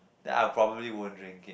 ya I probably won't drink it